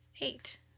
eight